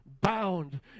Bound